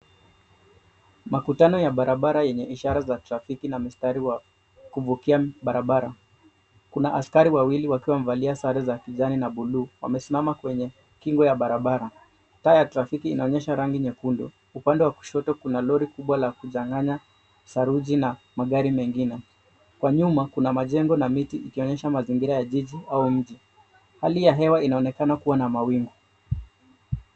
Makutano ya barabara yenye ishara za trafiki na mstari wa kuvukia barabara. Kuna askari wawili wakiwa wamevalia sare za kijani na buluu wamesimama kwenye kinga ya barabara. Taa ya trafiki inaonyesha rangi nyekundu. Upande wa kushoto kuna lori kubwa la kuchanganya saruji na magari mengine. Kwa nyuma, kuna majengo na miti ikionyesha mazingira ya jiji au mji. Hali ya hewa inaonekana kuwa na mawingu.